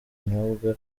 kinyobwa